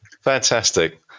fantastic